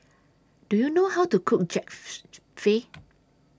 Do YOU know How to Cook